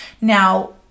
Now